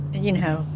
you know,